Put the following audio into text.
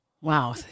Wow